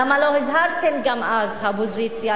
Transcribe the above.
למה לא הזהרתם גם אז, האופוזיציה?